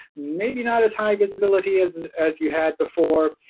maybe not as high visibility as as you had before,